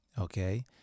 okay